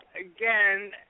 Again